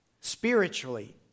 spiritually